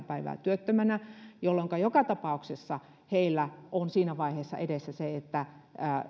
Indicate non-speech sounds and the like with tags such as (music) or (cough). (unintelligible) päivää työttömänä jolloinka joka tapauksessa heillä on siinä vaiheessa edessä se että